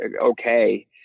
okay